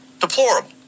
Deplorable